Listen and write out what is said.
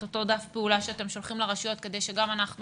את אותו דף פעולה שאתם שולחים לרשויות כדי שגם אנחנו